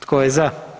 Tko je za?